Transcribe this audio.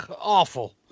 Awful